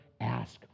ask